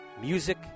Music